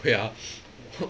ya